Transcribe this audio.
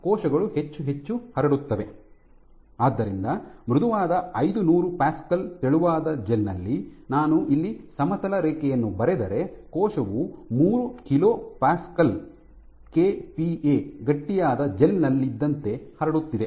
ಆದ್ದರಿಂದ ಮೃದುವಾದ ಐದು ನೂರು ಪ್ಯಾಸ್ಕಲ್ ತೆಳುವಾದ ಜೆಲ್ ನಲ್ಲಿ ನಾನು ಇಲ್ಲಿ ಸಮತಲ ರೇಖೆಯನ್ನು ಬರೆದರೆ ಕೋಶವು ಮೂರು kPa ಕೆಪಿಎ ಗಟ್ಟಿಯಾದ ಜೆಲ್ ನಲ್ಲಿದ್ದಂತೆ ಹರಡುತ್ತಿದೆ